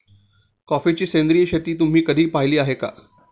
कॉफीची सेंद्रिय शेती तुम्ही कधी पाहिली आहे का?